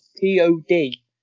P-O-D